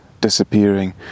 disappearing